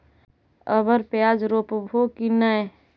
अबर प्याज रोप्बो की नय?